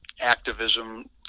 activism